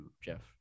Jeff